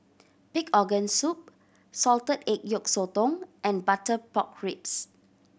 pig organ soup salted egg yolk sotong and butter pork ribs